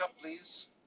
please